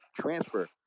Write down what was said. transfer